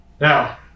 Now